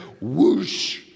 whoosh